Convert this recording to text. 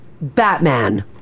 Batman